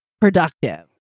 productive